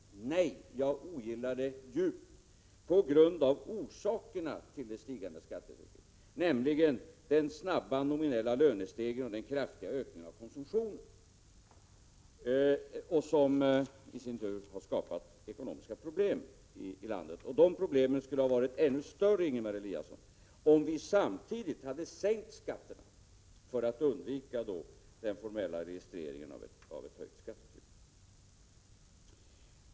20 november 1987 = Nej, jag ogillar det djupt på grund av orsakerna till det stigande skattetrycket, nämligen den snabba nominella lönestegringen och den kraftiga ökningen av konsumtionen. Dessa orsaker har i sin tur skapat ekonomiska problem i landet. De problemen skulle ha varit ännu större, Ingemar Eliasson, om vi samtidigt hade sänkt skatterna för att undvika den formella registreringen av ett högt skattetryck.